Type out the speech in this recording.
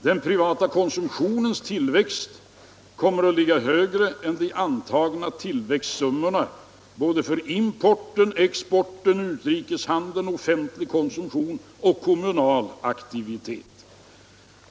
Den privata konsumtionens tillväxt kommer att ligga högre än de antagna tillväxtsummorna både för importen, exporten, utrikeshandeln, offentlig konsumtion och kommunal aktivitet.